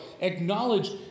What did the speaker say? Acknowledge